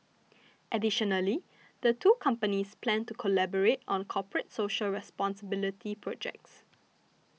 additionally the two companies plan to collaborate on corporate social responsibility projects